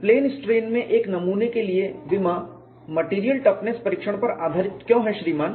plane strain में एक नमूने के लिए विमा मेटेरियल टफनेस परीक्षण पर आधारित क्यों है श्रीमान